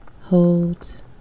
hold